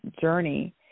journey